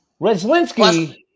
Reslinski